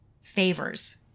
Favors